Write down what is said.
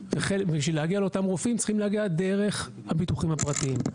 ובשביל להגיע לאותם רופאים צריכים להגיע דרך הביטוחים הפרטיים.